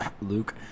Luke